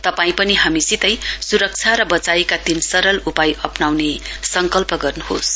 तपाई पनि हामीसितै सुरक्षा र वचाइका तीन सरल उपाय अप्नाउने संकल्प गर्नुहोस